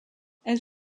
elle